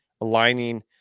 Aligning